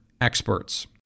experts